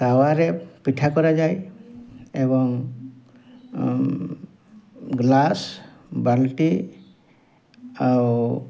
ତାୱାରେ ପିଠା କରାଯାଏ ଏବଂ ଗ୍ଲାସ୍ ବାଲ୍ଟି ଆଉ